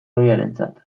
ohiarentzat